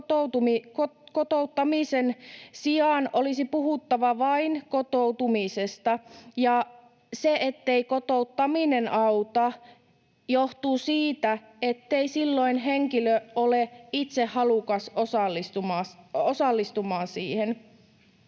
kotouttamisen sijaan olisi puhuttava vain kotoutumisesta, ja se, ettei kotouttaminen auta, johtuu siitä, ettei silloin henkilö ole itse halukas osallistumaan siihen.